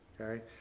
okay